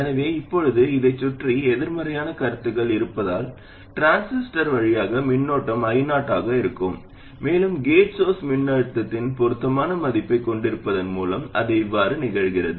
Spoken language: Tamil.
எனவே இப்போது இதைச் சுற்றி எதிர்மறையான கருத்துக்கள் இருப்பதால் டிரான்சிஸ்டர் வழியாக மின்னோட்டம் I0 ஆக இருக்கும் மேலும் கேட் சோர்ஸ் மின்னழுத்தத்தின் பொருத்தமான மதிப்பைக் கொண்டிருப்பதன் மூலம் அது எவ்வாறு நிகழ்கிறது